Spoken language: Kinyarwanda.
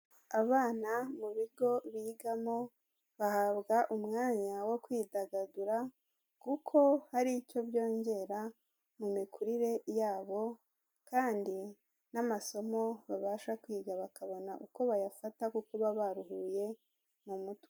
Abana mu bigo bigamo, bahabwa umwanya wo kwidagadura kuko hari icyo byongera mu mikurire yabo kandi n'amasomo babasha kwiga bakabona uko bayafata kuko kuba baruhuye mu mutwe.